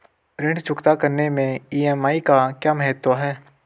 ऋण चुकता करने मैं ई.एम.आई का क्या महत्व है?